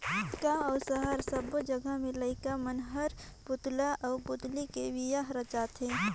गांव अउ सहर सब्बो जघा में लईका मन हर पुतला आउ पुतली के बिहा रचाथे